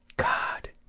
god.